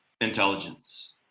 intelligence